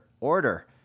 order